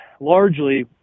largely